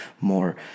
more